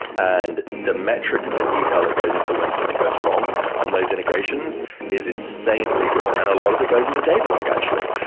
and the metrics and the detail that goes into when something goes wrong on those integrations is insanely good, and a lot of it goes in the datadog actually.